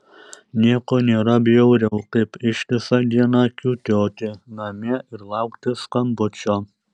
nieko nėra bjauriau kaip ištisą dieną kiūtoti namie ir laukti skambučio